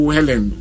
Helen